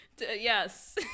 Yes